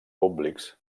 públics